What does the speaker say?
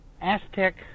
Aztec